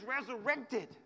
resurrected